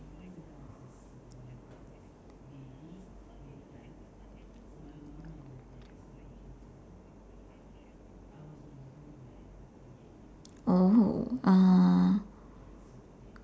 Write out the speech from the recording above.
oh